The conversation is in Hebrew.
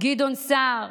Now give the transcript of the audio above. גדעון סער.